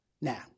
Now